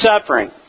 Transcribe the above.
suffering